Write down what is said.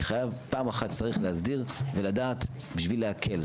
אני חייב פעם אחת כמו שצריך להסדיר ולדעת בשביל להקל.